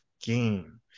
game